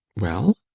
well?